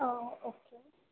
okay